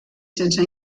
sense